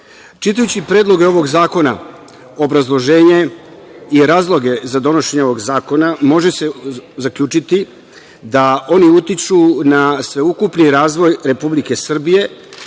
čitajući Predlog ovog zakona, obrazloženje i razloge za donošenje ovog zakona može se zaključiti da oni utiču na sveukupni razvoj Republike Srbije,